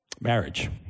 Marriage